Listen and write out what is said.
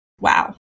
Wow